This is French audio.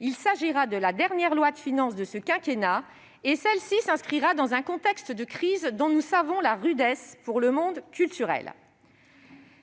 Il s'agira de la dernière loi de finances de ce quinquennat et celle-ci s'inscrira dans un contexte de crise dont nous savons la rudesse pour le monde culturel.